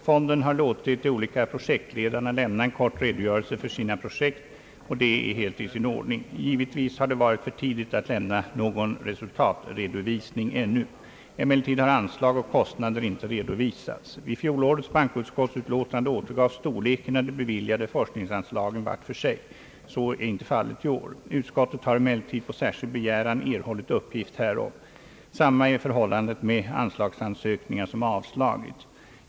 Fonden har låtit de olika projektledarna lämna en kort redogörelse för sina projekt, och det är helt i sin ordning. Givetvis har det varit för tidigt att lämna någon resultatredovisning ännu. Emellertid har anslag och kostnader inte redovisats. I fjolårets bankoutskottsutlåtande återgavs storleken av de beviljade forskningsanslagen vart för sig. Så är inte fallet i år. Utskottet har emellertid på särskild begäran erhållit uppgift härom. Samma är förhållandet med anslagsansökningar som har avslagits.